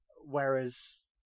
Whereas